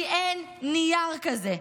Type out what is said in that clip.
כי אין נייר כזה.